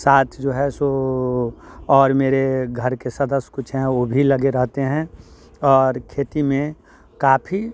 साथ जो है सो और मेरे घर के सदस्य कुछ हैं वो भी लगे रहते हैं और खेती में काफ़ी